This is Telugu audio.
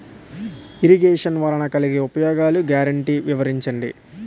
ఇరగేషన్ వలన కలిగే ఉపయోగాలు గ్యారంటీ వివరించండి?